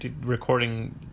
recording